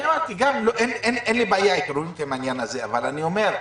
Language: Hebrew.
אין לי בעיה --- העניין הזה, אבל אני אומר: